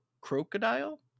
crocodile